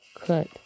Cut